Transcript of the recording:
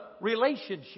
relationship